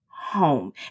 home